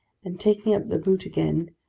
and taking up the boot again,